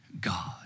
God